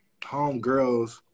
homegirls